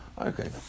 Okay